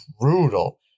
brutal